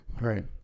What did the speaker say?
Right